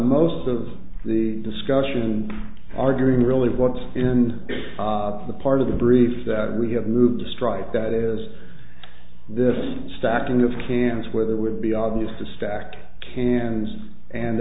most of the discussion arguing really what's in the part of the brief that we have moved to strike that as this stockton of cannes where there would be obvious to stack cans and